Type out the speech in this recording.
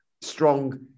Strong